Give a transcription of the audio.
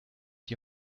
die